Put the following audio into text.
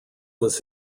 was